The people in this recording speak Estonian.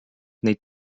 neid